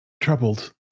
troubled